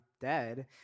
dead